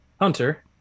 Hunter